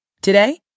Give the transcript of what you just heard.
Today